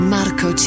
Marco